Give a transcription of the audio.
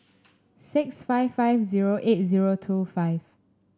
six five five zero eight zero two five